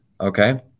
Okay